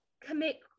commit